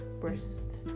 breast